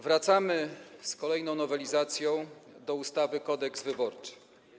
Wracamy do kolejnej nowelizacji ustawy Kodeks wyborczy.